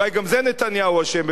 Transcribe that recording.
אולי גם בזה נתניהו אשם,